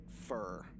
fur